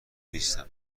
نیستم